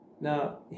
Now